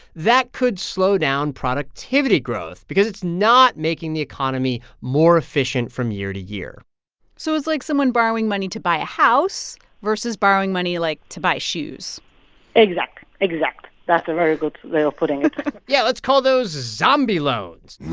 that could slow down productivity growth because it's not making the economy more efficient from year to year so it's like someone borrowing money to buy a house versus borrowing money, like, to buy shoes exact, exact that's a very good of putting it yeah, let's call those zombie loans